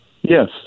Yes